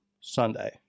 Sunday